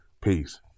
Peace